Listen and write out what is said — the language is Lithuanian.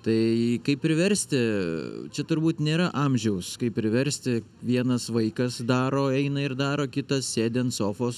tai kaip priversti čia turbūt nėra amžiaus kaip priversti vienas vaikas daro eina ir daro kitas sėdi ant sofos